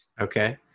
Okay